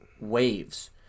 waves